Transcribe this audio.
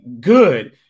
good